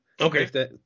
Okay